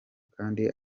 kandi